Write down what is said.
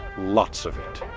lots of it.